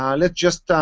um let's just,